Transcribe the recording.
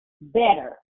better